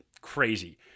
Crazy